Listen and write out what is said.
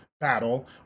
battle